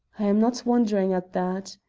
i am not wondering at that.